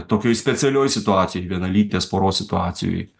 tokioj specialioj situacijoj vienalytės poros situacijoj